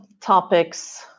topics